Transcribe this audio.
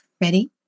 Ready